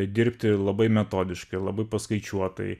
dirbti labai metodiškai labai paskaičiuotai